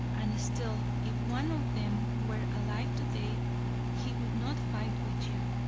and still if one of them were alive today he would not fight with you,